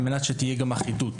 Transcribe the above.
כדי שתהיה גם אחידות.